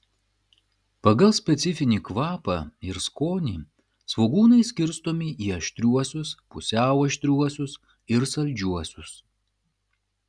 pagal specifinį kvapą ir skonį svogūnai skirstomi į aštriuosius pusiau aštriuosius ir saldžiuosius